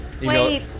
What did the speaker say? Wait